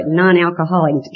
non-alcoholic